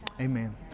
Amen